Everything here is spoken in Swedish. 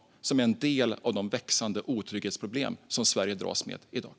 Detta är en del av de växande otrygghetsproblem som Sverige dras med i dag.